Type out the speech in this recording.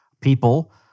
people